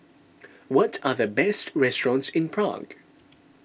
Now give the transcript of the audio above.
what are the best restaurants in Prague